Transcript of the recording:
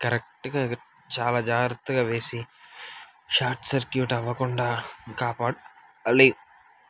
కరెక్ట్గా చాలా జాగ్రత్తగా వేసి షార్ట్ సర్క్యూట్ అవ్వకుండా కాపాడుకోవాలి